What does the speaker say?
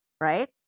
right